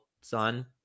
son